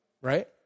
right